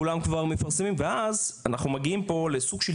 כולם כבר מפרסמים ואז אנחנו מגיעים לסוג של